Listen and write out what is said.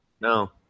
No